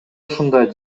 ушундай